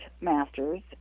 masters